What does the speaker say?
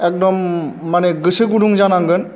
एकदम मानि गोसो गुदुं जानांगोन